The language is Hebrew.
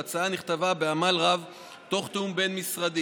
ההצעה נכתבה בעמל רב תוך תיאום בין-משרדי.